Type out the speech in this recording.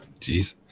Jeez